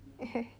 (uh huh)